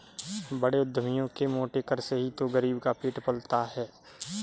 बड़े उद्यमियों के मोटे कर से ही तो गरीब का पेट पलता है